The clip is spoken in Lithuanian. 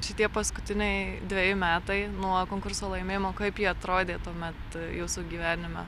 šitie paskutiniai dveji metai nuo konkurso laimėjimo kaip jie atrodė tuomet jūsų gyvenime